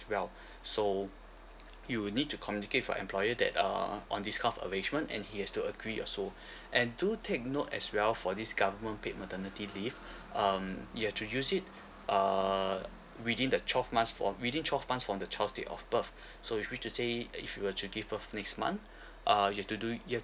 well so you will need to communicate for employer that err on discount arrangement and he has to agree also and to take note as well for this government paid maternity leave um you have to use it err within the twelve months from within twelve months from the child date of birth so in which to say that if you were to give birth next month uh you have to do it you've